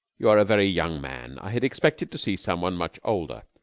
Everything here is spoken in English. you are a very young man. i had expected to see some one much older.